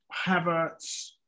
Havertz